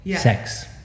sex